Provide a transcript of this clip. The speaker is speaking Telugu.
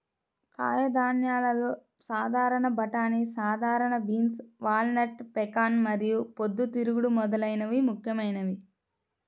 కాయధాన్యాలలో సాధారణ బఠానీ, సాధారణ బీన్, వాల్నట్, పెకాన్ మరియు పొద్దుతిరుగుడు మొదలైనవి ముఖ్యమైనవి